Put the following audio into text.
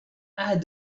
add